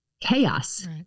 chaos